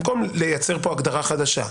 במקום לייצר פה הגדרה חדשה,